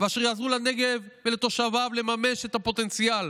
ואשר יעזרו לנגב ולתושביו לממש את הפוטנציאל.